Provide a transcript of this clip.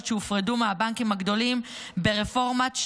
שהופרדו מהבנקים הגדולים ברפורמת שטרום.